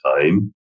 time